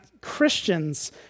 Christians